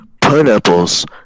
Pineapples